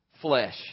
flesh